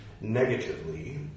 negatively